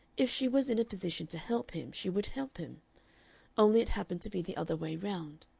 if she was in a position to help him she would help him only it happened to be the other way round.